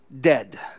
dead